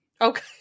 okay